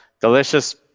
delicious